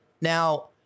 Now